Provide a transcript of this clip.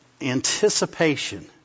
Anticipation